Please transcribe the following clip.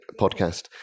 podcast